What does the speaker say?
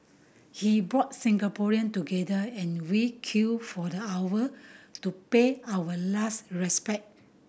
he brought Singaporean together and we queued for the hours to pay our last respect